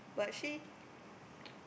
but she